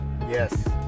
Yes